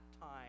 time